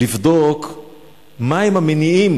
לבדוק מהם המניעים